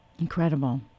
Incredible